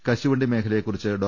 കശുവണ്ടി മേഖലയെക്കുറിച്ച് ഡോ